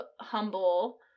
humble